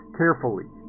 carefully